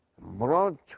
brought